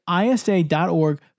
isa.org